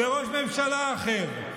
לראש ממשלה אחר.